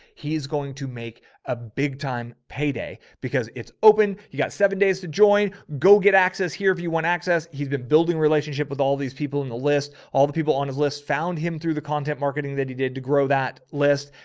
he's going to make a big time payday because it's open. you got seven days to join. go get access here. if you want access, he's been building relationship with all of these people in the list. all the people on his list found him through the content marketing that he did to grow that list.